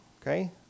Okay